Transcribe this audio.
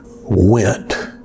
went